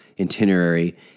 itinerary